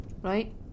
right